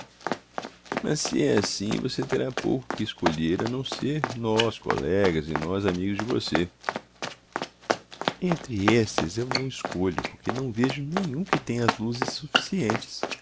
mas se é assim você terá pouco que escolher a não ser nós colegas e nós amigos de você entre esses eu não escolho porque não vejo nenhum que tenha as luzes suficientes